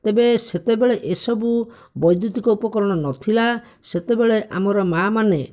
ତେବେ ସେତେବେଳେ ଏହିସବୁ ବୈଦ୍ୟୁତିକ ଉପକରଣ ନଥିଲା ସେତେବେଳେ ଆମର ମାଆମାନେ